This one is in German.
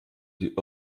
die